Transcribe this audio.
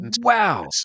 wow